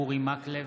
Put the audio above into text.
אורי מקלב.